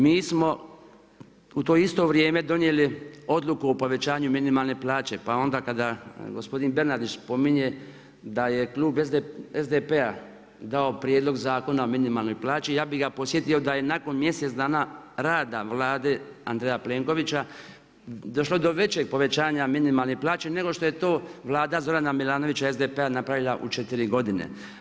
Mi smo u to isto vrijeme donijeli odluku o povećanju minimalne plaće, pa onda kada gospodin Bernardić spominje da je klub SDP-a dao Prijedlog Zakona o minimalnoj plaći, ja bi ga podsjetio da je nakon mjesec dana rada Vlade Andreja Plenkovića, došlo do većeg povećanja minimalne plaće nego što je to Vlada Zorana Milanovića, SDP-a napravila u 4 godine.